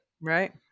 Right